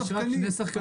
אלה השחקנים.